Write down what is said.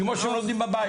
כמו שלומדים בבית.